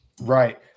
right